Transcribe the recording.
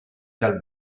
dal